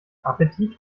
appetit